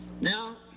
Now